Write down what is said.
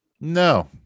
no